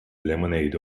lemonade